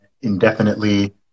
indefinitely